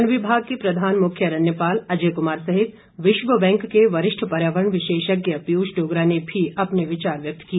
one विभाग के प्रधान मुख्य अरण्यपाल अजय कुमार सहित विश्व बैंक के वरिष्ठ पर्यावरण विशेषज्ञ पीयूष डोगरा ने भी अपने विचार व्यक्त किए